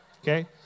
Okay